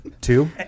Two